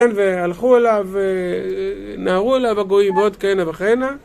והלכו אליו, נהרו אליו הגויים, עוד כהנה וכהנה